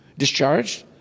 discharged